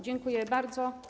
Dziękuję bardzo.